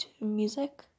music